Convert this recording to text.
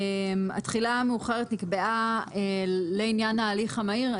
התחילה המאוחרת נקבעה לעניין ההליך המהיר.